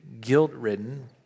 guilt-ridden